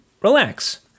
relax